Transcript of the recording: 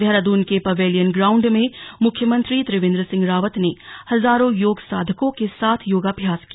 देहरादून के pavilion ground में मुख्यमंत्री त्रिवेन्द्र सिंह रावत ने हजारों योग साधकों के साथ योगाभ्यास किया